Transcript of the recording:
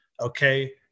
Okay